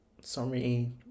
Sorry